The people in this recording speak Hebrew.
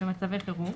במצבי חירום,